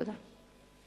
תודה.